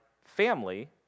family